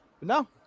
No